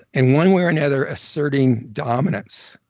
and one way or another, asserting dominance,